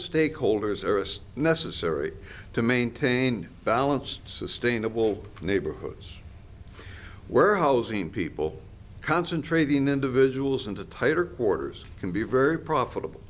stakeholders or is necessary to maintain balance sustainable neighborhoods where housing people concentrating individuals into tighter quarters can be very profitable